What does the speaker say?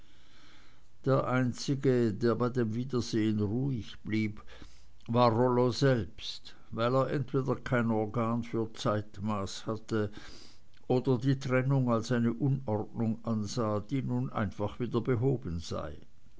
der einzige der bei dem wiedersehen ruhig blieb war rollo selbst weil er entweder kein organ für zeitmaß hatte oder die trennung als eine unordnung ansah die nun einfach wieder behoben sei